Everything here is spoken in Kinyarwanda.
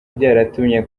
byaratumye